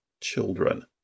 children